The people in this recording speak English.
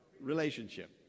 relationship